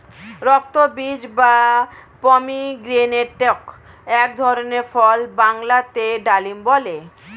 রক্তবীজ বা পমিগ্রেনেটক এক ধরনের ফল বাংলাতে ডালিম বলে